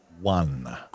one